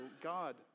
God